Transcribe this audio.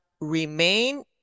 remain